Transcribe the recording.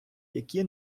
які